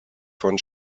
von